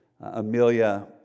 Amelia